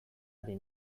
ari